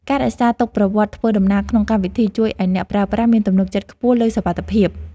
ការរក្សាទុកប្រវត្តិធ្វើដំណើរក្នុងកម្មវិធី ជួយឱ្យអ្នកប្រើប្រាស់មានទំនុកចិត្តខ្ពស់លើសុវត្ថិភាព។